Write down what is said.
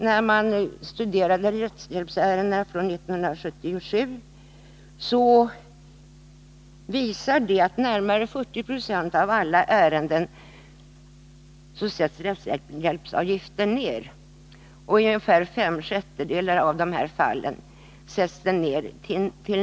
När man studerar rättshjälpsärendena från 1979 visar det sig att i närmare 40 Jo av alla ärenden sätts rättshjälpsavgiften ned. I ungefär fem sjättedelar av fallen sätts den ned till noll.